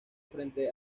frente